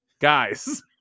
guys